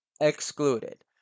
excluded